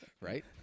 right